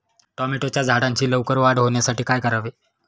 टोमॅटोच्या झाडांची लवकर वाढ होण्यासाठी काय करावे?